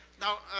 now,